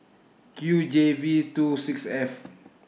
Q J V two six F